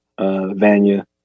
Vanya